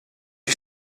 ich